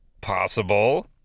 possible